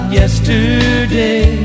yesterday